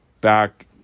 back